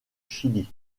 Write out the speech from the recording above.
chili